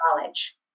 knowledge